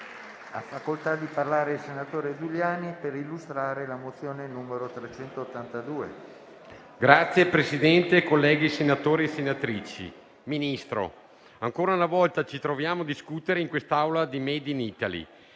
Signor Presidente, colleghi senatori e senatrici, signor Ministro, ancora una volta ci troviamo a discutere in Assemblea di *made in Italy*,